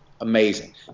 amazing